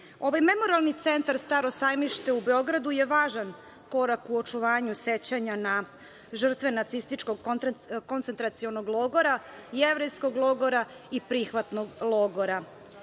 Memorijalni centar „Staro sajmište“ u Beogradu je važan korak u očuvanju sećanja na žrtve nacističkog koncentracionog logora, jevrejskog logora i prihvatnog logora.